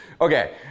Okay